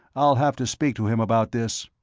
i'll have to speak to him about this.